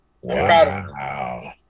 Wow